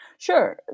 Sure